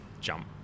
jump